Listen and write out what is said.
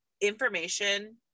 information